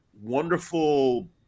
wonderful